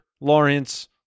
Lawrence